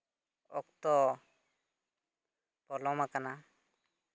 ᱚᱠᱛᱚ ᱯᱚᱞᱚᱢ ᱟᱠᱟᱱᱟ